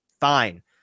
fine